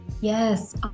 yes